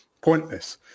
pointless